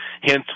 hence